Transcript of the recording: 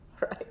right